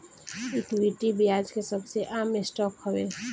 equity, ब्याज के सबसे आम स्टॉक हवे